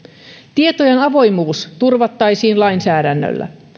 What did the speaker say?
tietojen avoimuus turvattaisiin lainsäädännöllä